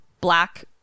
black